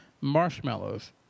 marshmallows